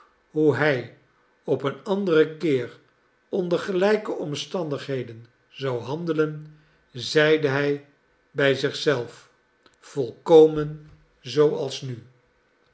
hoe hij op een anderen keer onder gelijke omstandigheden zou handelen zeide hij bij zich zelf volkomen zooals nu